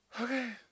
Okay